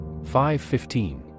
5:15